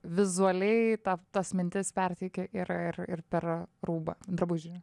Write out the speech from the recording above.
vizualiai tą tas mintis perteiki ir ir ir per rūbą drabužį